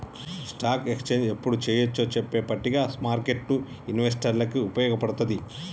stock exchange యెప్పుడు చెయ్యొచ్చో చెప్పే పట్టిక స్మార్కెట్టు ఇన్వెస్టర్లకి వుపయోగపడతది